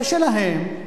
זה שלהם,